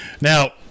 now